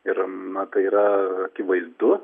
ir na tai yra akivaizdu